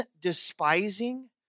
despising